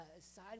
side